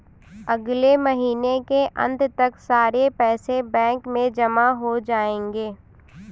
अगले महीने के अंत तक सारे पैसे बैंक में जमा हो जायेंगे